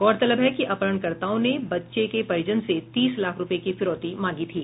गौरतलब है कि अपहरणकर्ताओं ने बच्चें के परिजन से तीस लाख रुपये की फिरौती मांगी थी